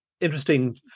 interesting